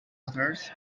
others